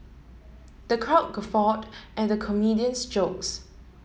the crowd guffawed at the comedian's jokes